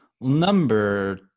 number